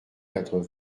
quatre